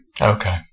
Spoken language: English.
Okay